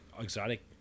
exotic